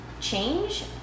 change